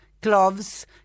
Gloves